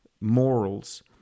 morals